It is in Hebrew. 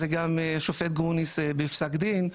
זה גם השופט גרוניס בפסק דין.